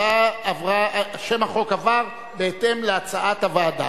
שם החוק עבר בהתאם להצעת הוועדה.